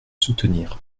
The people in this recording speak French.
soutenir